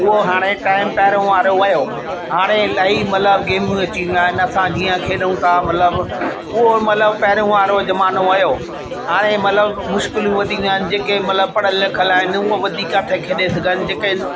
उहो हाणे टाइम पहिरियों वारो वियो हाणे इलाही मतिलब गेम अची विया आहिनि असां जीअं खेॾूं थी मतिलब हूअ मतिलब पहिरियों वारो जमानो वयो हाणे मतिलब मुश्किलूं वधी वियूं आहिनि जेके मतिलब पढ़यलु लिखियलु आहिनि हूअ वधीक था खेॾन जेके आहिनि